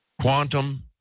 quantum